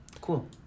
cool